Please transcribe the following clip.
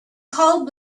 cold